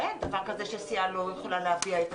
אין דבר כזה שסיעה לא יכולה להביע את עצמה.